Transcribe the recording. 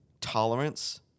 tolerance